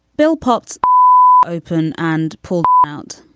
bill popped open and pulled out.